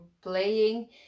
playing